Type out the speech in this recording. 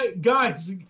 guys